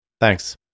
Thanks